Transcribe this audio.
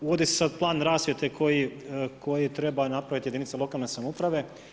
Uvodi se sad plan rasvjete koji treba napraviti jedinice lokalne samouprave.